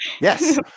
Yes